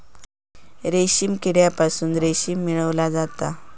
रेशीम किड्यांपासून रेशीम मिळवला जाता